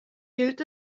gilt